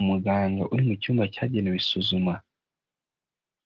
Umuganga uri mu cyumba cyagenewe isuzuma,